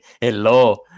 Hello